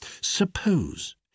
Suppose